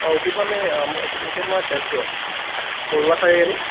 অঁ উঠিম মানে উঠিম মই তেজপুৰত পৰুৱা চাৰিআলি